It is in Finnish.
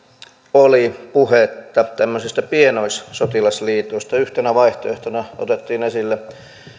oli puhetta tämmöisestä pienoissotilasliitosta yhtenä vaihtoehtona otettiin esille